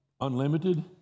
unlimited